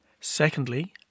Secondly